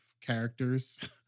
characters